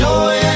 Joy